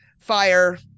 Fire